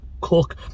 cook